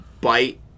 bite